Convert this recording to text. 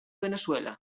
veneçuela